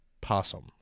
possum